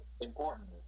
important